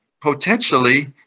potentially